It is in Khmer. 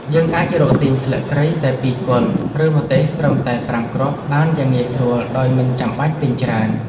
យើងអាចរកទិញស្លឹកគ្រៃតែពីរគល់ឬម្ទេសត្រឹមតែប្រាំគ្រាប់បានយ៉ាងងាយស្រួលដោយមិនចាំបាច់ទិញច្រើន។